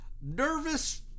Nervous